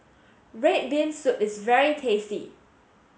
red bean soup is very tasty